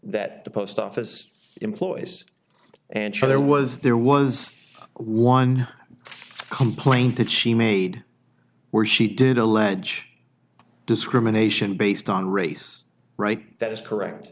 that the post office employs and sure there was there was one complaint that she made where she did allege discrimination based on race right that is correct